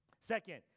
Second